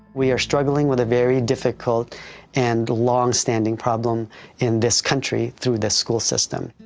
we are struggling with a very difficult and long-standing problem in this country through this school system.